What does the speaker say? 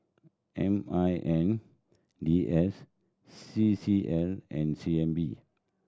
M I N D S C C L and C N B